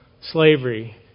slavery